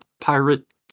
pirate